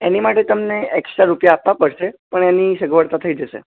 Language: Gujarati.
એની માટે તમને એક્સટ્રા રૂપિયા આપવા પડશે પણ એની સગવડતા થઇ જશે